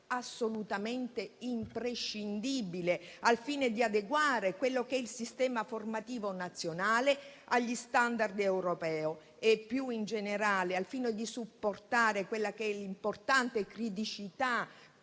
assolutamente imprescindibile al fine di adeguare il sistema formativo nazionale agli *standard* europei e, più in generale, al fine di supportare l'importante criticità